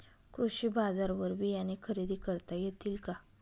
कृषी बाजारवर बियाणे खरेदी करता येतील का?